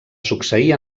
succeir